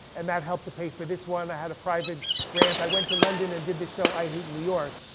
and that helped to pay for this one, i had a private grant. i went to london and did the show, i hate new york.